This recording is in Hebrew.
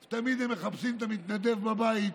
והם תמיד מחפשים את המתנדב בבית